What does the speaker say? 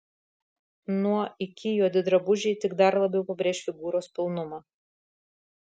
nuo iki juodi drabužiai tik dar labiau pabrėš figūros pilnumą